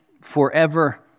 forever